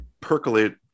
percolate